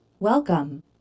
Welcome